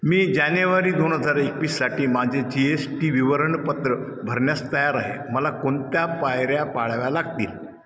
मी जानेवारी दोन हजार एकवीससाठी माझे जी एस टी विवरणपत्र भरण्यास तयार आहे मला कोणत्या पायऱ्या पाळाव्या लागतील